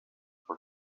for